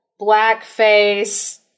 blackface